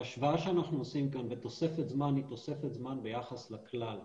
ההשוואה שאנחנו עושים כאן ותוספת זמן היא תוספת זמן ביחס לכלל.